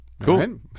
cool